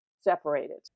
separated